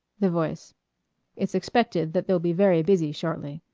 the voice it's expected that they'll be very busy shortly.